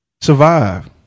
survive